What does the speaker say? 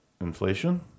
inflation